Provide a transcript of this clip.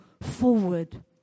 forward